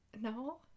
No